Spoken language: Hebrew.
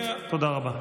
תודה רבה.